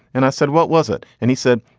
and i said, what was it? and he said,